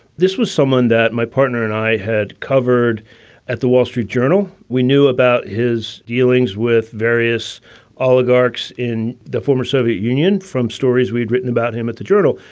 this was someone that my partner and i had covered at the wall street journal. we knew about his dealings with various oligarchs in the former soviet union from stories we'd written about him at the journal.